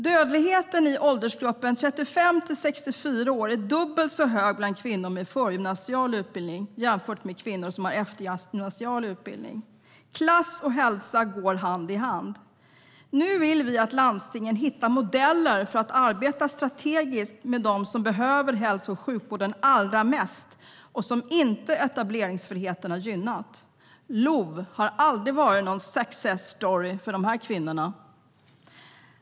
Dödligheten i åldersgruppen 35-64 år är dubbelt så hög bland kvinnor med enbart förgymnasial utbildning som bland kvinnor med eftergymnasial utbildning. Klass och hälsa går hand i hand. Nu vill vi att landstingen hittar modeller för att arbeta strategiskt med dem som behöver hälso och sjukvården allra mest och som inte etableringsfriheten har gynnat. LOV har aldrig varit någon success story för de här kvinnorna.